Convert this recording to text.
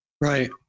right